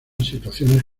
situaciones